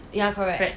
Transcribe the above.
ya correct